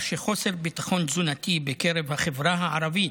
שחוסר הביטחון התזונתי בקרב החברה הערבית